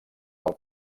del